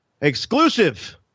exclusive